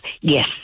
yes